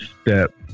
step